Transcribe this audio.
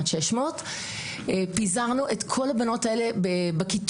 כמעט 600. בכוונה פיזרנו את כל הבנות האלה בכיתות